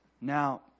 Now